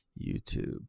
YouTube